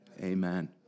Amen